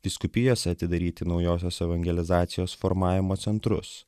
vyskupijose atidaryti naujosios evangelizacijos formavimo centrus